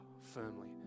firmly